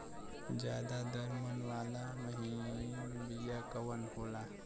ज्यादा दर मन वाला महीन बिया कवन होला?